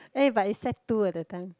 eh but is sec two at that time